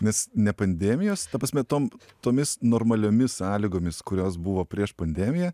nes ne pandemijos ta prasme tom tomis normaliomis sąlygomis kurios buvo prieš pandemiją